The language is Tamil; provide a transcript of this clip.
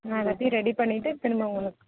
நான் எல்லாத்தையும் ரெடி பண்ணிவிட்டு திரும்ப உங்களுக்கு